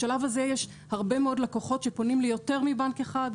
בשלב הזה יש הרבה מאוד לקוחות שפונים ליותר מבנק אחד,